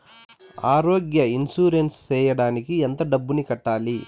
ఆరోగ్య ఇన్సూరెన్సు సేయడానికి ఎంత డబ్బుని కట్టాలి?